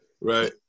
Right